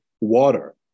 water